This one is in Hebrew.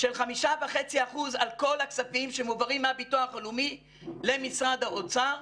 של 5.5% על כל הכספים שמעוברים מהביטוח הלאומי למשרד האוצר,